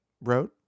wrote